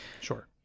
Sure